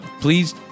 please